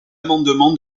amendement